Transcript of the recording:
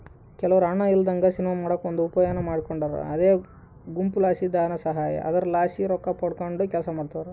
ಕೆಲವ್ರು ಹಣ ಇಲ್ಲದಂಗ ಸಿನಿಮಾ ಮಾಡಕ ಒಂದು ಉಪಾಯಾನ ಮಾಡಿಕೊಂಡಾರ ಅದೇ ಗುಂಪುಲಾಸಿ ಧನಸಹಾಯ, ಅದರಲಾಸಿ ರೊಕ್ಕಪಡಕಂಡು ಕೆಲಸ ಮಾಡ್ತದರ